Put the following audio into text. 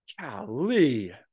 golly